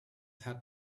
had